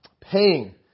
paying